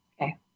Okay